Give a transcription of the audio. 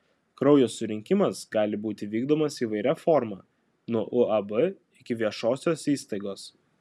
kraujo surinkimas gali būti vykdomas įvairia forma nuo uab iki viešosios įstaigos